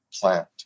plant